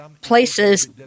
places